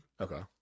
Okay